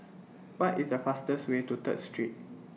What IS The fastest Way to Third Street